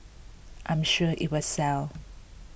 I'm sure it will sell